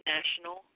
National